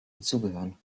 dazugehören